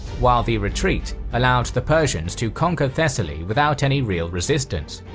while the retreat allowed the persians to conquer thessaly without any real resistance.